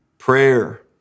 prayer